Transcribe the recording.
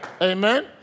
Amen